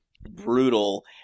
brutal